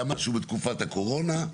היה משהו בתקופת הקורונה,